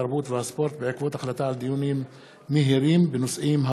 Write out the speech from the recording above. התרבות והספורט בעקבות דיון מהיר בהצעתם של חברי הכנסת מאיר כהן,